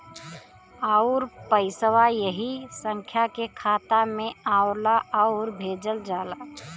आउर पइसवा ऐही संख्या के खाता मे आवला आउर भेजल जाला